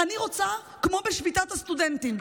אני רוצה כמו בשביתת הסטודנטים.